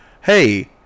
hey